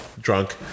drunk